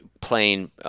playing